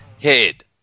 head